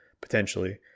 potentially